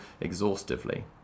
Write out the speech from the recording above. exhaustively